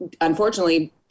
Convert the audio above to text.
unfortunately